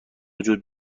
وجود